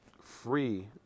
free